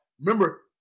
remember